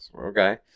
Okay